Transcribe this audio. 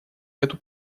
эту